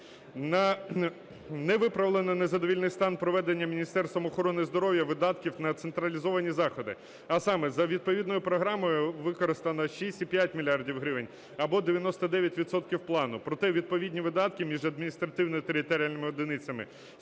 Не виправлено незадовільний стан проведення Міністерством охорони здоров'я видатків на централізовані заходи. А саме, за відповідною програмою використано 6,5 мільярда гривень або 99 відсотків плану. Проте відповідні видатки між адміністративно-територіальними одиницями